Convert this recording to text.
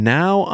now